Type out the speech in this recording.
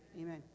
Amen